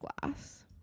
glass